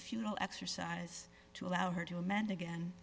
futile exercise to allow her to amend again